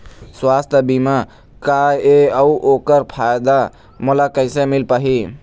सुवास्थ बीमा का ए अउ ओकर फायदा मोला कैसे मिल पाही?